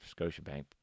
Scotiabank